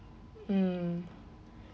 um